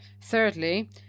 Thirdly